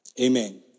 Amen